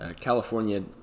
California